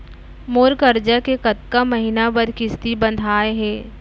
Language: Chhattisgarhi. मोर करजा के कतका महीना बर किस्ती बंधाये हे?